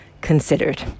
considered